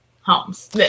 homes